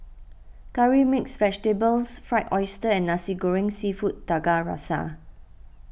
Curry Mixed Vegetables Fried Oyster and Nasi Goreng Seafood Tiga Rasa